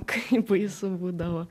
kaip baisu būdavo